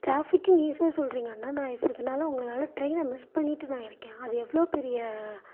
டிராஃபிக்குனு ஈஸியாக சொல்கிறீங்க அண்ணா நான் இப்போ இதனால உங்களால் ட்ரெயினை மிஸ் பண்ணிட்டு நான் இருக்கேன் அது எவ்வளோ பெரிய